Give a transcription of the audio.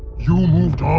you moved on.